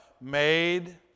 made